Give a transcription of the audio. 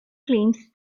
claims